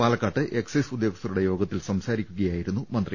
പാലക്കാട്ട് എക്സൈസ് ഉദ്യോഗസ്ഥരുടെ യോഗത്തിൽ സംസാരിക്കുകയായി രുന്നു മന്ത്രി